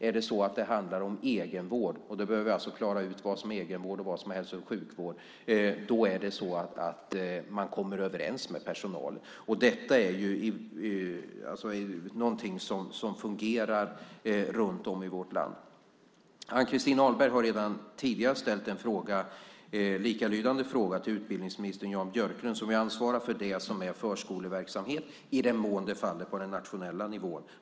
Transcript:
Om det handlar om egenvård - vi behöver klara ut vad som är egenvård och vad som är hälso och sjukvård - kommer man överens med personalen. Detta är något som fungerar runt om i vårt land. Ann-Christin Ahlberg har redan tidigare ställt en likalydande fråga till utbildningsminister Jan Björklund som ansvarar för det som är förskoleverksamhet i den mån det faller på den nationella nivån.